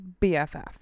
BFF